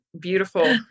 beautiful